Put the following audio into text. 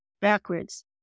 backwards